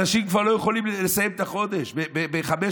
אנשים כבר לא יכולים לסיים את החודש ב-5,500,